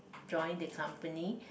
join the company